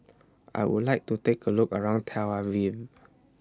I Would like to Take A Look around Tel Aviv